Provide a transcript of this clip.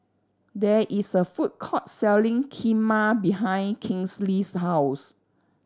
there is a food court selling Kheema behind Kinsley's house